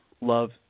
love